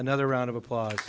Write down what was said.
another round of applause